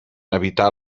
evitar